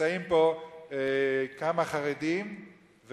כשנמצאים פה כמה חרדים,